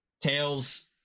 tails